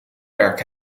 werk